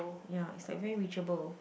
ya it's like very reachable